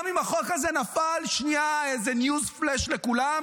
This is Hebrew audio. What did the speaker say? גם אם החוק הזה נפל, שנייה איזה news flash לכולם: